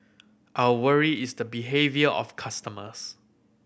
our worry is the behaviour of customers